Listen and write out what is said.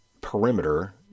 perimeter